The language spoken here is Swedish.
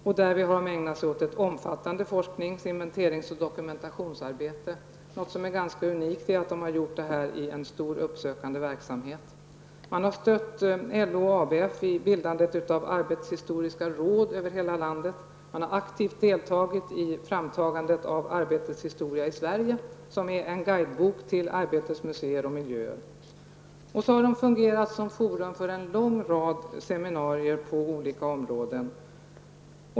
Man har ägnat sig åt ett omfattande forsknings-, inventerings och dokumentationsarbete. Ganska unikt är att man gjort detta i en stor uppsökande verksamhet. Man har stött LO och ABF i bildandet av Arbetets historiska råd över hela landet. Man har aktivit deltagit i att ta fram Arbetets historia i Sverige, som är en guidebok till Arbetets museer och miljöer. Man har också fungerat som forum för en lång rad seminarier på olika områden.